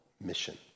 mission